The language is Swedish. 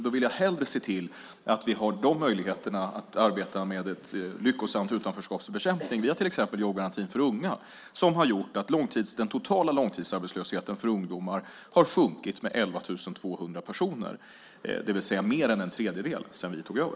Då vill jag hellre se till att vi har möjligheter att arbeta med att lyckosamt bekämpa utanförskap. Vi har till exempel jobbgarantin för unga, som har gjort att den totala långtidsarbetslösheten för ungdomar har sjunkit med 11 200 personer, det vill säga mer än en tredjedel, sedan vi tog över.